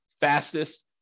fastest